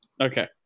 Okay